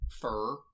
fur